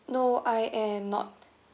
no I am not